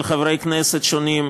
של חברי כנסת שונים,